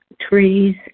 trees